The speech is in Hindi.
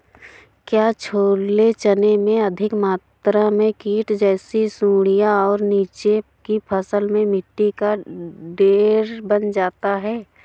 क्या छोले चने में अधिक मात्रा में कीट जैसी सुड़ियां और नीचे की फसल में मिट्टी का ढेर बन जाता है?